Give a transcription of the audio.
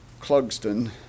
Clugston